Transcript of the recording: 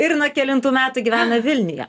ir nuo kelintų metų gyvena vilniuje